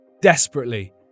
Desperately